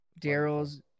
Daryl's